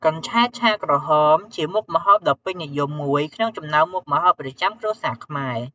កញ្ឆែតឆាក្រហម ជាមុខម្ហូបដ៏ពេញនិយមមួយក្នុងចំណោមមុខម្ហូបប្រចាំគ្រួសារខ្មែរ។